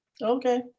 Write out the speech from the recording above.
Okay